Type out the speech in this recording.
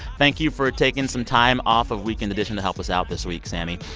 thank you for taking some time off of weekend edition to help us out this week, sammy.